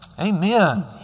Amen